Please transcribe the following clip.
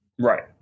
Right